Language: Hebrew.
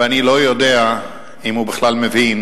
ואני לא יודע אם הוא בכלל מבין